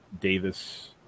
Davis